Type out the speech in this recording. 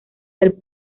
del